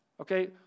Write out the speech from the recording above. Okay